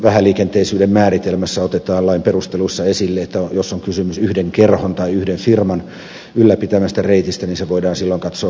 vähäliikenteisyyden määritelmässä otetaan lain perusteluissa esille että jos on kysymys yhden kerhon tai yhden firman ylläpitämästä reitistä niin se voidaan silloin katsoa vähäliikenteiseksi